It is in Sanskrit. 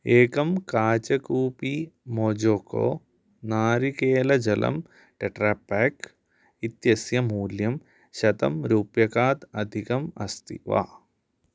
एकं काचकूपी मोजोको नारिकेलजलं टेट्रापाक् इत्यस्य मूल्यं शतं रूप्यकात् अधिकम् अस्ति वा